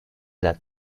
that